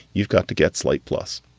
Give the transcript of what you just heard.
you've got to get slate plus,